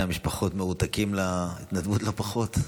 המשפחות מרותקים להתנדבות לא פחות,